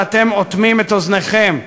ואתם אוטמים את אוזניכם,